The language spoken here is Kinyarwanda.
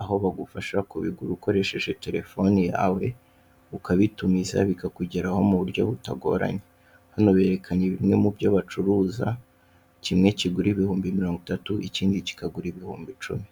aho bagufasha kubigura ukoresheje telephone yawe ukabitumiza bikakugeraho mu buryo butagoranye, hano berekanye bimwe mubyo bacuruza kimwe kugura ibihumbi mirongo itatu ikindi kigura ibihumbi icumi.